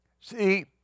See